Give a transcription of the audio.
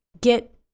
get